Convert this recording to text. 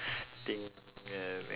thing uh